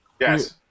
Yes